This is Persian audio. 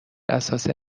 اساس